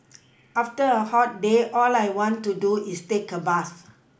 after a hot day all I want to do is take a bath